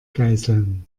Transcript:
geiseln